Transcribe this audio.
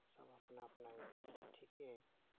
सब अपना अपना हिसाब से ठीके अइ